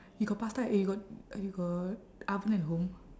you got pasta eh you got you got oven at home